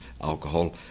alcohol